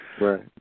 Right